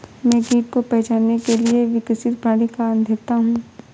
मैं कीट को पहचानने के लिए विकसित प्रणाली का अध्येता हूँ